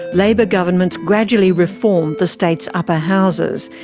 labor governments gradually reformed the states' upper houses,